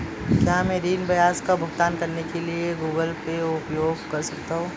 क्या मैं ऋण ब्याज का भुगतान करने के लिए गूगल पे उपयोग कर सकता हूं?